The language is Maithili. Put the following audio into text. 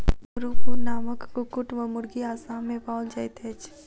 कामरूप नामक कुक्कुट वा मुर्गी असाम मे पाओल जाइत अछि